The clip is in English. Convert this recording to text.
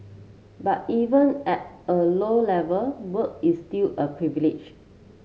but even at a low level work is still a privilege